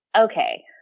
Okay